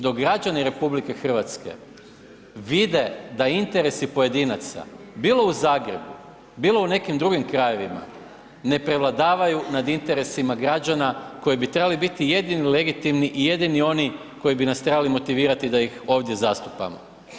Dok građani RH vide da interesi pojedinaca, bilo u Zagrebu, bilo u nekim drugim krajevima ne prevladavaju na interesima građana koji bi trebali biti jedini legitimni i jedini oni koji bi nas trebali motivirati da ih ovdje zastupamo.